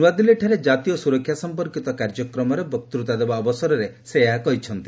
ନ୍ତଆଦିଲ୍ଲୀଠାରେ କାତୀୟ ସୁରକ୍ଷା ସମ୍ପର୍କୀତ କାର୍ଯ୍ୟକ୍ରମରେ ବକ୍ତତା ଦେବା ଅବସରରେ ସେ ଏହା କହିଛନ୍ତି